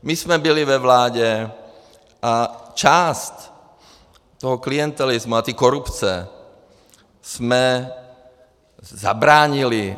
My jsme byli ve vládě a části toho klientelismu a té korupce jsme zabránili.